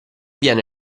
viene